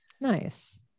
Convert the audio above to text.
nice